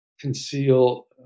conceal